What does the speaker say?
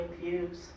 views